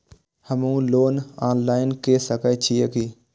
हमू loan online के सके छीये की?